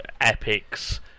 Epic's